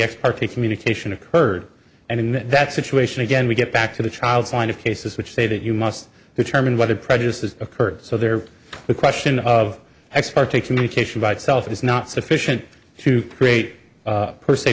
ex parte communication occurred and in that situation again we get back to the child's line of cases which say that you must determine what it prejudices occurred so there the question of ex parte communication by itself is not sufficient to create per se